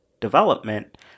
development